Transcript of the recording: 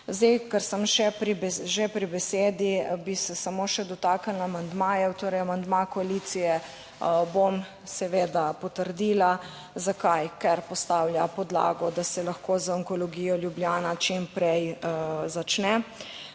Zdaj, ker sem že pri besedi bi se samo še dotaknila amandmajev, torej amandma koalicije. Bom seveda potrdila, zakaj: ker postavlja podlago, da se lahko z Onkologijo Ljubljana čim prej začne